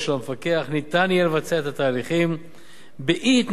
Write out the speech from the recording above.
של המפקח ניתן יהיה לבצע את התהליכים באי-התנגדות,